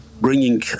bringing